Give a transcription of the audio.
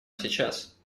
сейчас